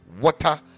water